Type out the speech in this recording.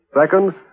Second